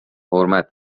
حرمت